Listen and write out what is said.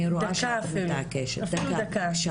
אפילו דקה,